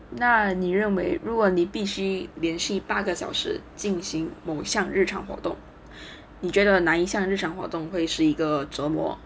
那你认为如果你必须连续八个小时进行某项日常活动你觉得哪一项常日常活动会是一个折磨